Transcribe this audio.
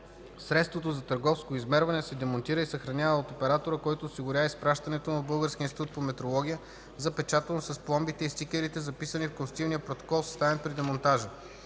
Средството за търговско измерване се демонтира и съхранява от оператора, който осигурява изпращането му в Българския институт по метрология, запечатано с пломбите и стикерите, записани в констативния протокол, съставен при демонтажа.